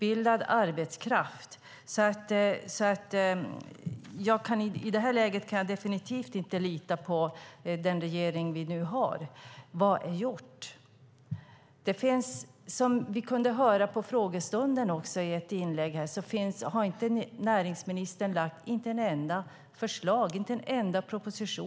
I det här läget kan jag definitivt inte lita på den regering vi nu har. Vad är gjort? Som vi kunde höra i ett inlägg under frågestunden har inte näringsministern lagt fram ett enda förslag och inte en enda proposition.